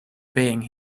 being